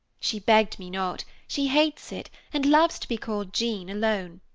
she begged me not. she hates it, and loves to be called jean, alone.